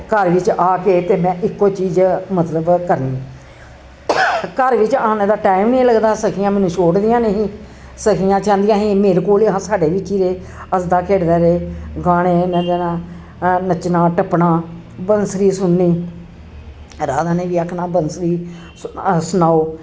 घर बिच्च आ के ते में इक्को चीज मतलब करनी घर बिच्च आने दा टाईम गै निं लगदा हा सखियां मैनू छोड़दियां गै निं हियां सखियां चांह्दियां हां मेरे कोल साड्डे बिच्च ही रवे हसदा खेढदा रेह् गाने गांदे रेह् नच्चना टप्पना बंसुरी सुननी राधा ने बी आखना बंसरी सनाओ